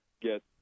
get